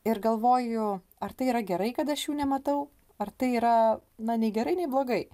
ir galvoju ar tai yra gerai kad aš jų nematau ar tai yra na nei gerai nei blogai